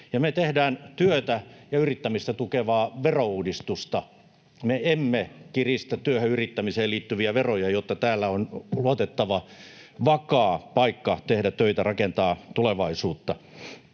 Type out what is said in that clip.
me tehdään työtä ja yrittämistä tukevaa verouudistusta. Me emme kiristä työhön ja yrittämiseen liittyviä veroja, jotta tämä on luotettava, vakaa paikka tehdä töitä, rakentaa tulevaisuutta.